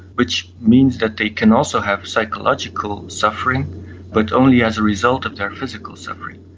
which means that they can also have psychological suffering but only as a result of their physical suffering,